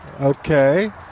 Okay